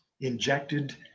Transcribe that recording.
injected